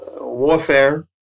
warfare